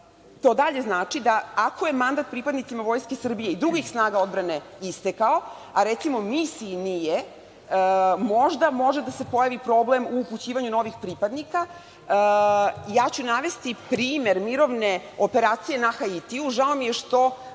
To dalje znači da ako je mandat pripadnicima Vojske Srbije i drugih snaga odbrane istekao, a recimo misiji nije, možda može da se pojavi problem u upućivanju novih pripadnika. Navešću primer mirovne operacije na Haitiju. Žao mi je što,